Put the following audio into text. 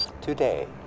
Today